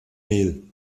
mehl